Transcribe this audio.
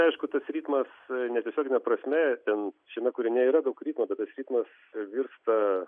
aišku tas ritmas netiesiogine prasme ten šiame kūrinyje yra daug ritmo bet tas ritmas virsta